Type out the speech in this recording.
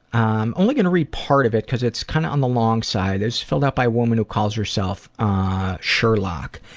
i'm only going to read part of it because it's kind of on the long side, it's filled out by a woman who calls herself ah sherlock.